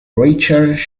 richards